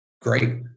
great